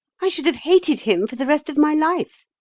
i should have hated him for the rest of my life.